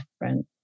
different